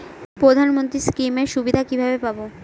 প্রধানমন্ত্রী স্কীম এর সুবিধা কিভাবে পাবো?